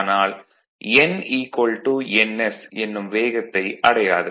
ஆனால் n ns என்னும் வேகத்தை அடையாது